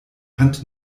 hand